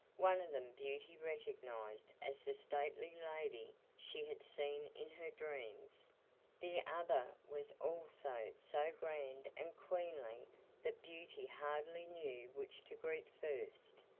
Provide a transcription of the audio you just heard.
one of them beauty recognized as the stately lady she had seen in her dreams the other was also so grand and queenly that beauty hardly knew which to greet first.